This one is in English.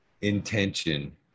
intention